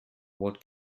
what